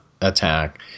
attack